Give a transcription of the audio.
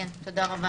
תודה.